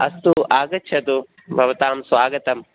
अस्तु आगच्छतु भवतां स्वागतम्